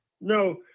No